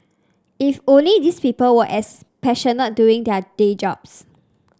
if only these people were as passionate doing their day jobs